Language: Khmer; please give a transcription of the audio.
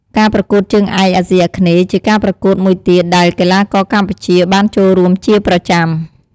ការប្រកួតជើងឯកអាស៊ីអាគ្នេយ៍ ជាការប្រកួតមួយទៀតដែលកីឡាករកម្ពុជាបានចូលរួមជាប្រចាំ។